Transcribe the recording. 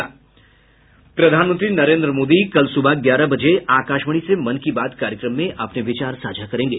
प्रधानमंत्री नरेन्द्र मोदी कल सुबह ग्यारह बजे आकाशवाणी से मन की बात कार्यक्रम में अपने विचार साझा करेंगे